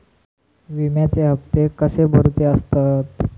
विम्याचे हप्ते कसे भरुचे असतत?